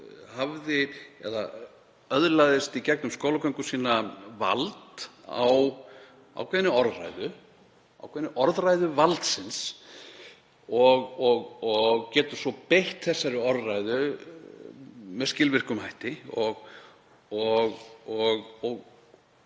fólk öðlaðist í gegnum skólagöngu sína vald á ákveðinni orðræðu, ákveðinni orðræðu valdsins og gat svo beitt þessari orðræðu með skilvirkum hætti.